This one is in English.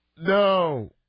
No